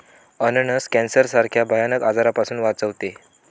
अननस कॅन्सर सारख्या भयानक आजारापासून वाचवते